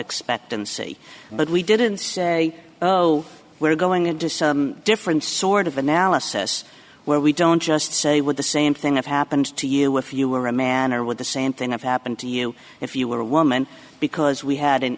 expectancy but we didn't say oh we're going into some different sort of analysis where we don't just say what the same thing that happened to you if you were a man or what the same thing happened to you if you were a woman because we had an